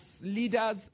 leaders